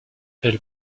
elle